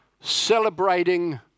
celebrating